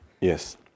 Yes